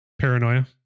paranoia